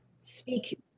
speak